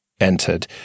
entered